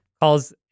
calls